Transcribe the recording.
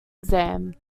exam